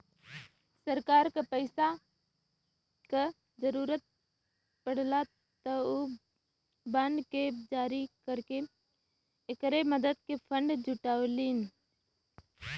सरकार क पैसा क जरुरत पड़ला त उ बांड के जारी करके एकरे मदद से फण्ड जुटावलीन